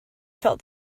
felt